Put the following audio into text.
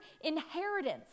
inheritance